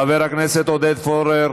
חבר הכנסת עודד פורר.